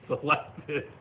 selected